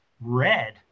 red